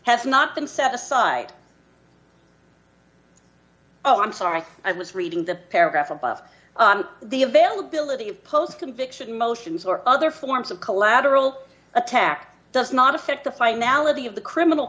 has not been set aside oh i'm sorry i was reading the paragraph above the availability of post conviction motions or other forms of collateral attack does not affect the finality of the criminal